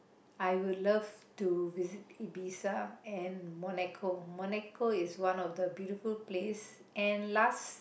I would love to visit Ibiza and Monaco Monaco is one of the beautiful place and last